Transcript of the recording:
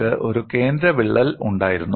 നിങ്ങൾക്ക് ഒരു കേന്ദ്ര വിള്ളൽ ഉണ്ടായിരുന്നു